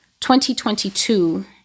2022